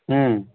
ହୁଁ